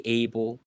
able